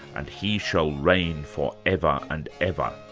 and he shall reign for ever and ever.